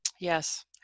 Yes